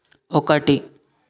ఒకటి